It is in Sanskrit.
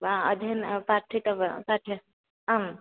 वा अध्ययनं आम्